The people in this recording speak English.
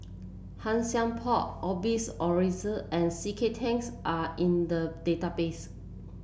Han Sai Por Osbert Rozario and C K Tangs are in the database